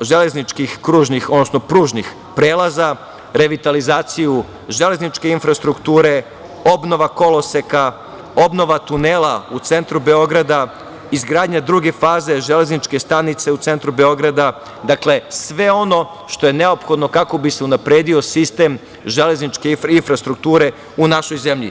železničkih kružnih, odnosno pružnih prelaza, revitalizaciju železničke infrastrukture, obnova koloseka, obnova tunela u centru Beograda, izgradnja druge faze železničke stanice u centru Beograda, dakle, sve ono što je neophodno kako bi se unapredio sistem železničke infrastrukture u našoj zemlji.